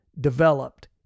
developed